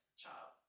child